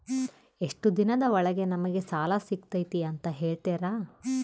ಎಷ್ಟು ದಿನದ ಒಳಗೆ ನಮಗೆ ಸಾಲ ಸಿಗ್ತೈತೆ ಅಂತ ಹೇಳ್ತೇರಾ?